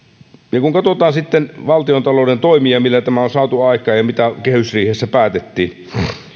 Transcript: ja kun katsotaan sitten valtiontalouden toimia millä tämä on saatu aikaan ja mitä kehysriihessä päätettiin